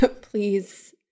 Please